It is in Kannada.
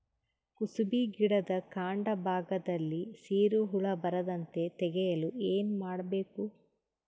ಕುಸುಬಿ ಗಿಡದ ಕಾಂಡ ಭಾಗದಲ್ಲಿ ಸೀರು ಹುಳು ಬರದಂತೆ ತಡೆಯಲು ಏನ್ ಮಾಡಬೇಕು?